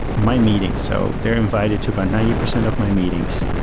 my meeting. so they're invited to about ninety percent of my meeting.